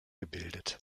gebildet